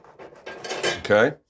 Okay